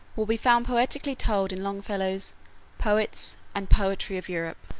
will be found poetically told in longfellow's poets and poetry of europe.